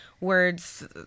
words